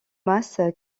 masse